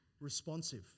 responsive